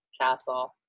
castle